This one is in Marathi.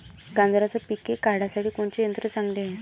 गांजराचं पिके काढासाठी कोनचे यंत्र चांगले हाय?